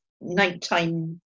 nighttime